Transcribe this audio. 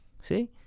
See